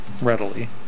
readily